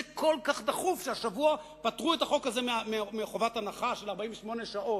זה כל כך דחוף שהשבוע פטרו את החוק הזה מחובת הנחה של 48 שעות.